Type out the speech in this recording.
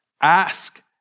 Ask